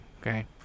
okay